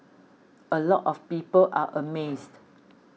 a lot of people are amazed